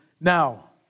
now